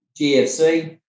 GFC